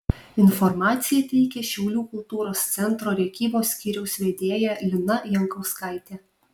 informaciją teikia šiaulių kultūros centro rėkyvos skyriaus vedėja lina jankauskaitė